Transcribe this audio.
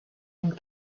and